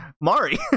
mari